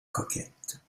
coquette